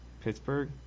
Pittsburgh